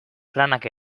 planak